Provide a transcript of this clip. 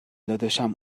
داداشم